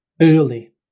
early